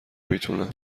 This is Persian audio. میتونم